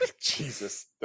Jesus